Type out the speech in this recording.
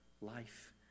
life